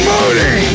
Moody